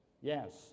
Yes